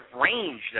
range